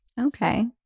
Okay